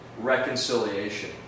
reconciliation